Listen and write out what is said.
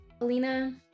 Alina